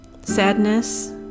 Sadness